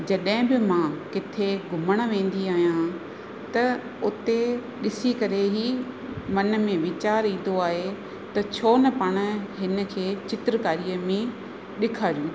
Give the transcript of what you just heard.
जॾहिं बि मां किथे घुमणु वेंदी आहियां त उते ॾिसी करे ही मन में वीचार ईंदो आहे त छो न पाण हिन खे चित्रकारीअ में ॾेखारियूं